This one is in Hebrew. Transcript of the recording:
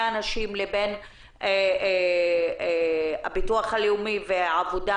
הנשים לבין הביטוח הלאומי ומשרד העבודה